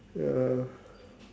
ya